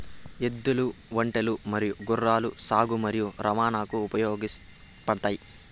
ఎద్దులు, ఒంటెలు మరియు గుర్రాలు సాగు మరియు రవాణాకు ఉపయోగపడుతాయి